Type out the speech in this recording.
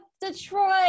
Detroit